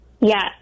Yes